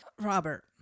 Robert